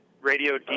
radio